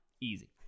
Easy